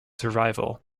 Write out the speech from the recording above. survival